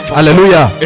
Hallelujah